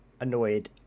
annoyed